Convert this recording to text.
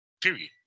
Period